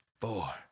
four